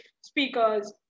speakers